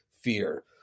fear